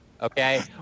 Okay